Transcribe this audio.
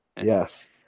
Yes